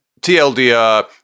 TLDR